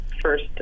first